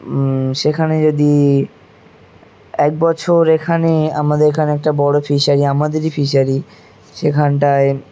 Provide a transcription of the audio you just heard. সেখানে যদি এক বছর এখানে আমাদের এখানে একটা বড়ো ফিশারি আমাদেরই ফিশারি সেখানটায়